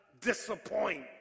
disappoint